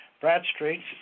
Bradstreet's